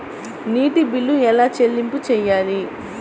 నీటి బిల్లు ఎలా చెల్లింపు చేయాలి?